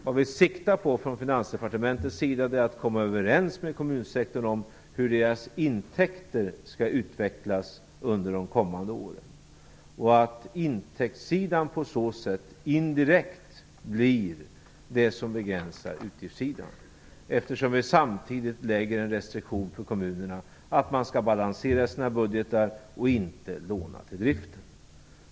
Vad vi på Finansdepartementet siktar på är att komma överens med kommunsektorn om hur dess intäkter skall utvecklas under de kommande åren och att intäktssidan på så sätt indirekt blir det som begränsar utgiftssidan. Samtidigt lägger vi ju en restriktion på kommunerna - man skall balansera sina budgetar och inte låna till driften.